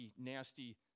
nasty